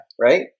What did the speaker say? right